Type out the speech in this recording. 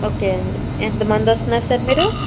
okay అండి ఎంతమంది వస్తన్నారు సార్ మీరూ